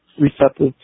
receptive